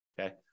Okay